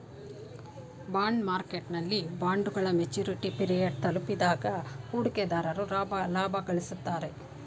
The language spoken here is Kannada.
ಬಾಂಡ್ ಮಾರ್ಕೆಟ್ನಲ್ಲಿ ಬಾಂಡ್ಗಳು ಮೆಚುರಿಟಿ ಪಿರಿಯಡ್ ತಲುಪಿದಾಗ ಹೂಡಿಕೆದಾರರು ಲಾಭ ಗಳಿಸುತ್ತಾರೆ